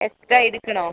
extra എടുക്കണോ